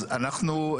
אז אנחנו,